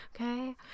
okay